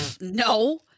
No